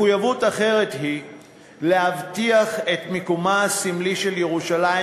מחויבות אחרת היא להבטיח את מקומה הסמלי של ירושלים